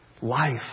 life